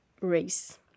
race